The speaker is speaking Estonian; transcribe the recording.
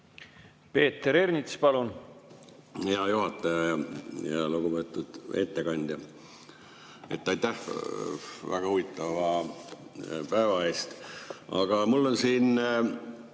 Peeter Ernits, palun! Hea juhataja! Lugupeetud ettekandja, aitäh väga huvitava päeva eest! Aga mul on siin,